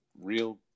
real